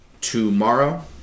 tomorrow